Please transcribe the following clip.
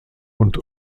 und